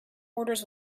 orders